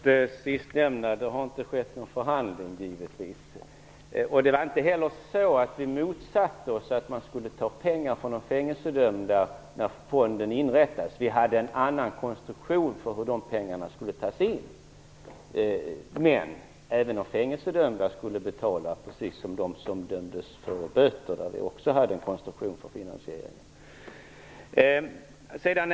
Herr talman! Det har inte skett någon förhandling, givetvis. Vi motsatte oss inte heller att man skulle ta pengar från de fängelsedömda när fonden inrättades. Vi hade en annan konstruktion för hur de pengarna skulle tas in. Men även de fängelsedömda skulle betala, precis som de som dömdes till böter, där vi också hade en konstruktion för finansiering.